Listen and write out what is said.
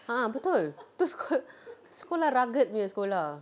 a'ah betul sekol~ sekolah rugged punya sekolah